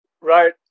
Right